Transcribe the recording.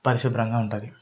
పరిశుభ్రంగా ఉంటుంది